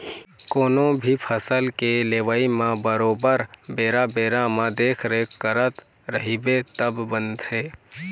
कोनो भी फसल के लेवई म बरोबर बेरा बेरा म देखरेख करत रहिबे तब बनथे